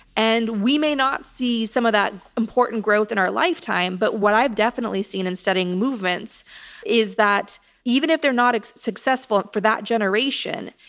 and we may not see some of that important growth in our lifetime. but what i've definitely seen in studying movements is that even if they're not successful for that generation,